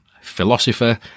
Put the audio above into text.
philosopher